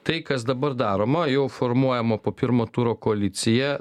tai kas dabar daroma jau formuojama po pirmo turo koalicija